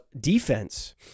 defense